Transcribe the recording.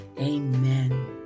Amen